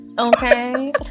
Okay